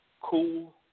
cool